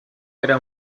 era